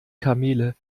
kamele